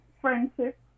friendship